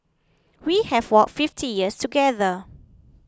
we have walked fifty years together